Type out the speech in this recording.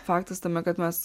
faktas tame kad mes